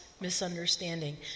misunderstanding